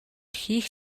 хийх